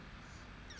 mm